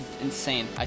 Insane